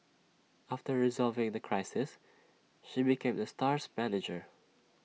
after resolving the crisis she became the star's manager